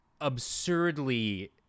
absurdly